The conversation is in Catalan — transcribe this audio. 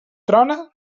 trona